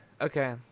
Okay